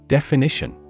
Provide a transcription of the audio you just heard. Definition